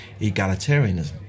egalitarianism